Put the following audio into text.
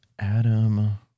Adam